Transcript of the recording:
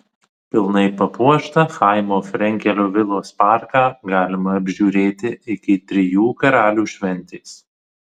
pilnai papuoštą chaimo frenkelio vilos parką galima apžiūrėti iki trijų karalių šventės